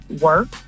work